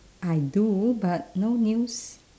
I do but no news